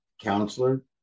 counselor